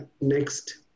next